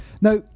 Now